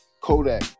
Kodak